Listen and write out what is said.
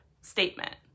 statement